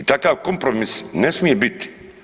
Takav kompromis ne smije biti.